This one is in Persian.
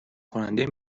کننده